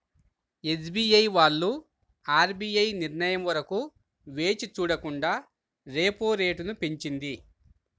SBI వాళ్ళు RBI నిర్ణయం వరకు వేచి చూడకుండా రెపో రేటును పెంచింది